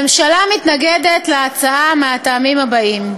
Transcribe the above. הממשלה מתנגדת להצעה מהטעמים הבאים: